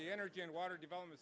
the energy and water development